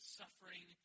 suffering